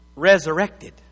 Resurrected